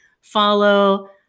follow